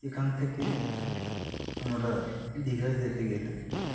এখান থেকে আমরা দীঘায় যেতে গেলে